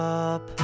up